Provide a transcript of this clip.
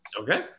Okay